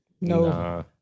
No